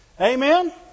Amen